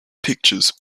pictures